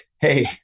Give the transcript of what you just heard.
hey